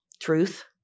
Truth